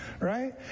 right